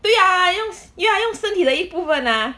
对 ah 用 ya 用身体的一部分 ah